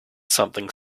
something